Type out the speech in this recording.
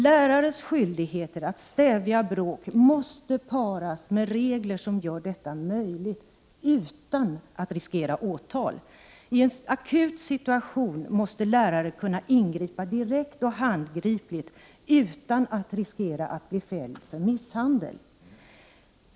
Lärares skyldighet att stävja bråk måste paras med regler som gör detta möjligt utan att man riskerar åtal. I en akut situation måste en lärare kunna ingripa direkt och handgripligt utan att riskera att bli fälld för misshandel.